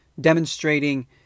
Demonstrating